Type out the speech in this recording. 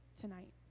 tonight